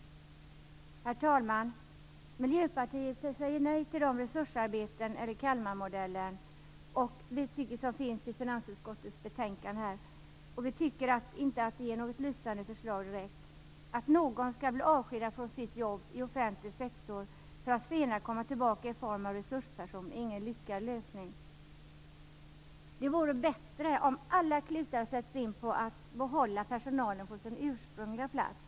Herr talman! Miljöpartiet säger nej till resursarbetena, eller Kalmarmodellen, som föreslås i finansutskottets betänkande. Det är inte något direkt lysande förslag. Att någon skall bli avskedad från sitt jobb i den offentliga sektorn för att senare komma tillbaka i form av en resursperson är ingen lyckad lösning. Det vore bättre om man satte in alla klutar för att behålla personalen på sin ursprungliga plats.